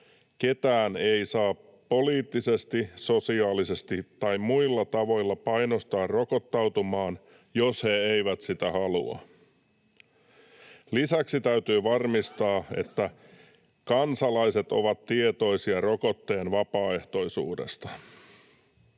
”Ketään ei saa poliittisesti, sosiaalisesti tai muilla tavoilla painostaa rokottautumaan, jos he eivät sitä halua. Lisäksi täytyy varmistaa, että kansalaiset ovat tietoisia rokotteen vapaaehtoisuudesta.”